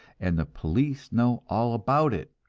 and the police know all about it,